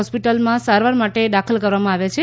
હોસ્ટિપલમાં સારવાર માટે દાખલ કરવામાં આવ્યા છે